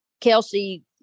Kelsey